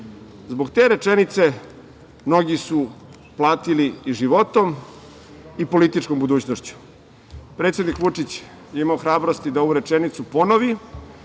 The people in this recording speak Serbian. Zbog te rečenice, mnogi su platili i životom i političkom budućnošću. Predsednik Vučić je imao hrabrosti da ovu rečenicu ponovi